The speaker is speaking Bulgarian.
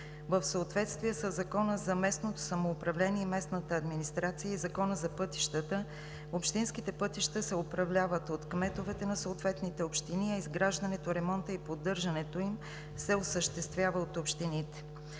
В съответствие със Закона за местното самоуправление и местната администрация и Закона за пътищата общинските пътища се управляват от кметовете на съответните общини, а изграждането, ремонтът и поддържането им се осъществява от общините.